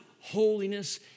holiness